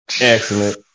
Excellent